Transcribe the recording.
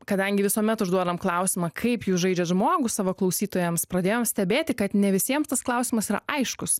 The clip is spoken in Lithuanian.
kadangi visuomet užduodam klausimą kaip jūs žaidžiat žmogų savo klausytojams pradėjom stebėti kad ne visiems tas klausimas yra aiškus